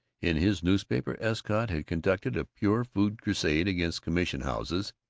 in his newspaper escott had conducted a pure-food crusade against commission-houses.